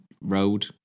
road